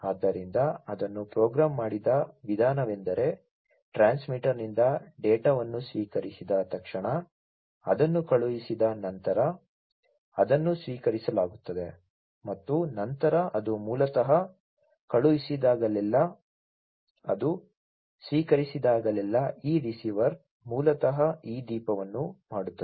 ಆದ್ದರಿಂದ ಅದನ್ನು ಪ್ರೋಗ್ರಾಮ್ ಮಾಡಿದ ವಿಧಾನವೆಂದರೆ ಟ್ರಾನ್ಸ್ಮಿಟರ್ನಿಂದ ಡೇಟಾವನ್ನು ಸ್ವೀಕರಿಸಿದ ತಕ್ಷಣ ಅದನ್ನು ಕಳುಹಿಸಿದ ನಂತರ ಅದನ್ನು ಸ್ವೀಕರಿಸಲಾಗುತ್ತದೆ ಮತ್ತು ನಂತರ ಅದು ಮೂಲತಃ ಕಳುಹಿಸಿದಾಗಲೆಲ್ಲಾ ಅದು ಸ್ವೀಕರಿಸಿದಾಗಲೆಲ್ಲಾ ಈ ರಿಸೀವರ್ ಮೂಲತಃ ಈ ದೀಪವನ್ನು ಮಾಡುತ್ತದೆ